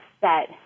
set